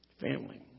family